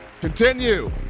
Continue